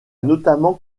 notamment